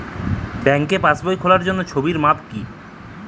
ব্যাঙ্কে পাসবই খোলার জন্য ছবির মাপ কী?